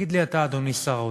תגיד לי אתה, אדוני שר האוצר,